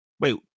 Wait